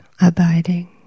abiding